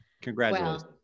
congratulations